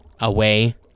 away